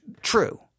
true